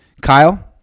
Kyle